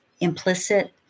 implicit